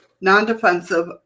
non-defensive